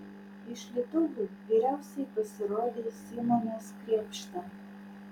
iš lietuvių geriausiai pasirodė simonas krėpšta